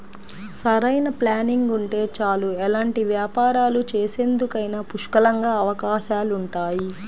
సరైన ప్లానింగ్ ఉంటే చాలు ఎలాంటి వ్యాపారాలు చేసేందుకైనా పుష్కలంగా అవకాశాలుంటాయి